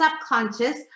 subconscious